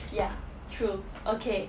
ya true okay